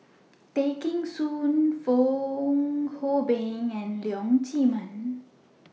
Tay Kheng Soon Fong Hoe Beng and Leong Chee Mun